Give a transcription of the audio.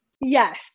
Yes